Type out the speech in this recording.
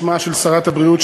בשמה של שרת הבריאות,